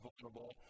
vulnerable